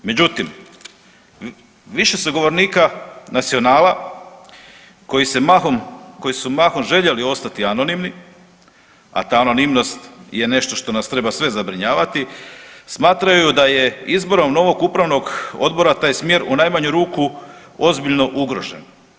Međutim, više se govornika Nacionala koji su mahom željeli ostati anonimni, a ta anonimnost je nešto što nas treba sve zabrinjavati, smatraju da je izborom novog upravnog odbora taj smjer u najmanju ruku ozbiljno ugrožen.